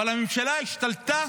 אבל הממשלה השתלטה